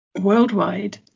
worldwide